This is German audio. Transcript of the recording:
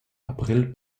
april